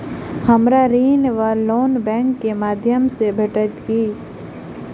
हमरा ऋण वा लोन बैंक केँ माध्यम सँ भेटत की?